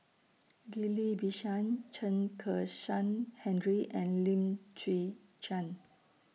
Ghillie BaSan Chen Kezhan Henri and Lim Chwee Chian